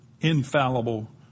infallible